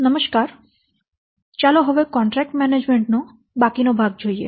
સુપ્રભાત ચાલો હવે contract management નો બાકીનો ભાગ જોઈએ